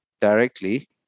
directly